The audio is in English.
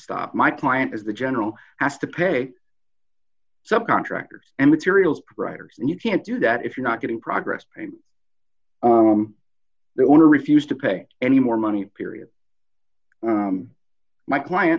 stopped my client as the general has to pay some contractors and materials writers and you can't do that if you're not getting progress pay the owner refused to pay any more money period my client